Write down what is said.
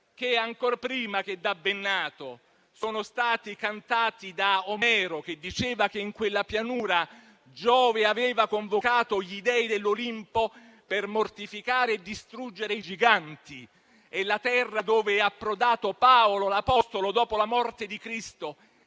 che, ancor prima che da Bennato, sono stati cantati da Omero, che diceva che in quella pianura Giove aveva convocato gli dei dell'Olimpo per mortificare e distruggere i giganti. È la terra dove è approdato l'apostolo Paolo dopo la morte di Cristo;